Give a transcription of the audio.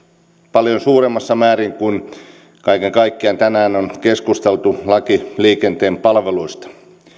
paljon suuremmassa määrin kun kaiken kaikkiaan tänään on keskusteltu laista liikenteen palveluista hyvää